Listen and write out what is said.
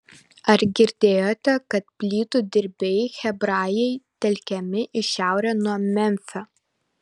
ar girdėjote kad plytų dirbėjai hebrajai telkiami į šiaurę nuo memfio